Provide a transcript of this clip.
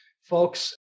folks